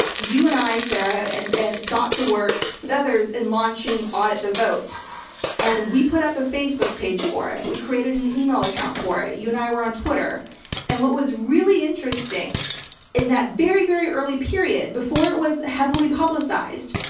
you and i, sarah got to work with others in launching audit the vote and we put up a facebook page for it. we created an email account for it. you and i were on twitter and what was really interesting in that very, very early period before it was heavily publicized,